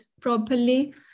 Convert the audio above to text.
properly